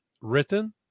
written